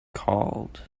called